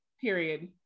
Period